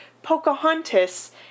Pocahontas